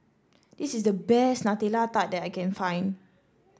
this is the best Nutella Tart that I can find